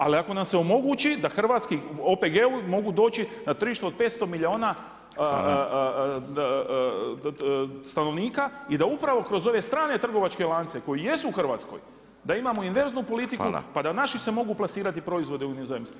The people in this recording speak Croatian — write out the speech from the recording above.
Ali ako nam se omogući da hrvatski OPG-ovi mogu doći na tržište od 500 milijuna stanovnika i da upravo kroz ove strane trgovačke lance koji jesu u Hrvatskoj, da imamo inverznu politiku, pa da naši se mogu plasirati proizvodi u inozemstvu.